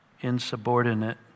insubordinate